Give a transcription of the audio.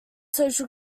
social